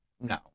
No